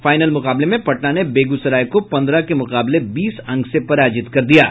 final मुकाबले में पटना ने बेगूसराय को पन्द्रह के मुकाबले बीस अंक से पराजित कर दिया है